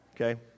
okay